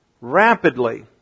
rapidly